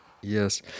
Yes